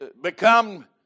become